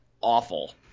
awful